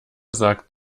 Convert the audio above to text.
sagt